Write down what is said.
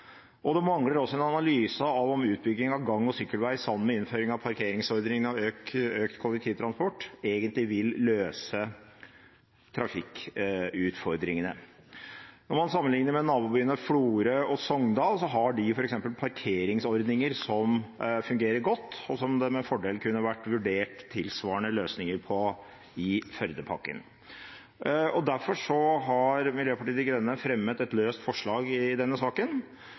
bil. Det mangler også en analyse av om utbygging av gang- og sykkelvei sammen med innføring av parkeringsordninger og økt kollektivtransport egentlig vil løse trafikkutfordringene. Om man sammenligner med nabobyene Florø og Sogndal, har de f.eks. parkeringsordninger som fungerer godt, og som det med fordel kunne vært vurdert tilsvarende løsninger for i Førdepakken. Derfor har Miljøpartiet De Grønne fremmet et løst forslag i denne saken,